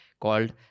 called